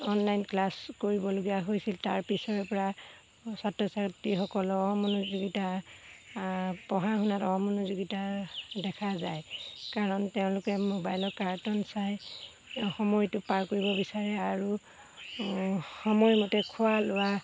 online class কৰিবলগীয়া হৈছিল তাৰ পিছৰে পৰা ছাত্ৰ ছাত্ৰীসকলৰ অমনোযোগিতা পঢ়া শুনাত অমনোযোগিতা দেখা যায় কাৰণ তেওঁলোকে মোবাইলৰ কাৰ্টন চাই সময়টো পাৰ কৰিব বিচাৰে আৰু সময়মতে খোৱা লোৱা